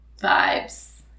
vibes